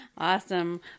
Awesome